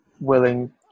willing